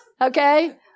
Okay